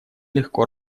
легко